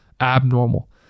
abnormal